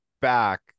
back